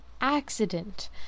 accident